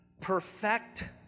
Perfect